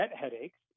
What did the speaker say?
headaches